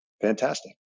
fantastic